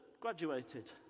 graduated